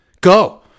go